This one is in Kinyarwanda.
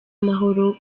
amahoro